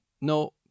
no